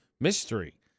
mystery